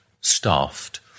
staffed